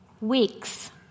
weeks